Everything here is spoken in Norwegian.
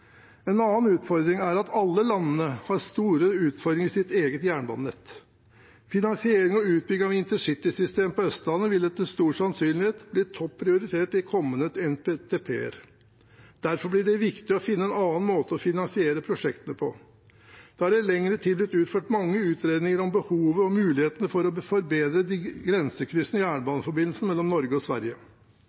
En annen utfordring er at alle landene har store utfordringer i sitt eget jernbanenett. Finansiering og utbygging av et intercitysystem på Østlandet vil etter stor sannsynlighet bli topp prioritert i kommende NTP-er. Derfor blir det viktig å finne en annen måte å finansiere prosjektene på. Det har i lengre tid blitt utført mange utredninger om behovet og mulighetene for å forbedre de grensekryssende jernbaneforbindelsene mellom Norge og Sverige.